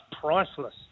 priceless